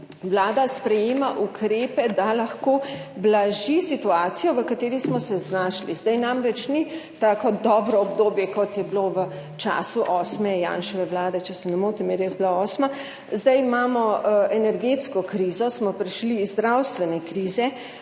Vlada sprejema ukrepe, da lahko blaži situacijo v kateri smo se znašli. Zdaj namreč ni tako dobro obdobje, kot je bilo v času osme Janševe vlade, če se ne motim, je res bila osma. Zdaj imamo energetsko krizo, smo prišli iz zdravstvene krize,